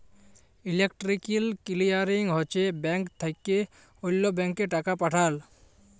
electronic clearing হছে bank থ্যাকে অল্য ব্যাংকে টাকা পাঠাল